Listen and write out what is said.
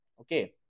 Okay